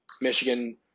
Michigan